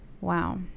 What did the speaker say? Wow